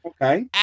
okay